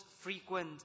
frequent